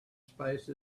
space